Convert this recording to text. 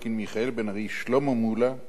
שלמה מולה ומשה מטלון.